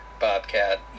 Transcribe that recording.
Bobcat